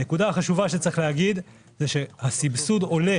הנקודה החשובה שצריך להגיד זה שהסבסוד עולה